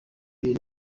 bintu